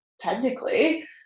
technically